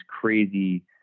crazy